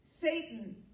Satan